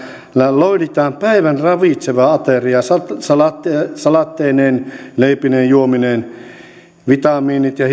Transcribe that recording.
loihditaan päivän ravitseva ateria salaatteineen salaatteineen leipineen ja juomineen vitamiinit ja